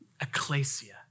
ecclesia